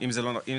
ואם זה לא המצב,